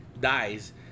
dies